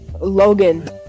Logan